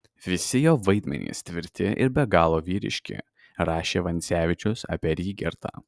visi jo vaidmenys tvirti ir be galo vyriški rašė vancevičius apie rygertą